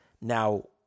Now